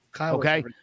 Okay